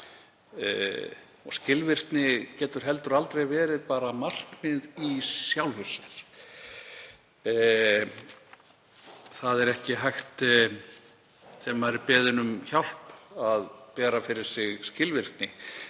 Skilvirkni getur heldur aldrei verið markmið í sjálfu sér. Það er ekki hægt, þegar maður er beðinn um hjálp, að bera fyrir sig skilvirkni,